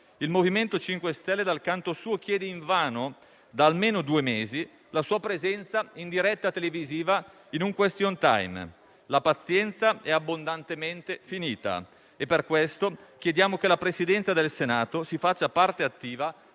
Il MoVimento 5 Stelle, dal canto suo, chiede invano da almeno due mesi la presenza del Ministro in diretta televisiva in un *question time.* La pazienza è abbondantemente finita e per questo chiediamo che la Presidenza del Senato si faccia parte attiva